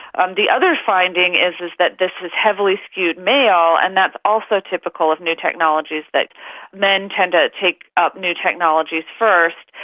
um the other finding is is that this is heavily skewed male, and that's also typical of new technologies, that men tend to take up new technologies first.